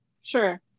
Sure